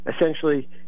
essentially